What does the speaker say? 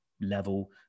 level